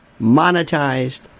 monetized